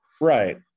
right